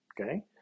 Okay